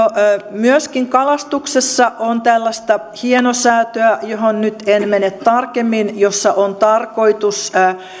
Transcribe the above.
myöskin kalastuksessa on tällaista hienosäätöä johon en nyt mene tarkemmin jossa on tarkoitus